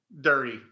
dirty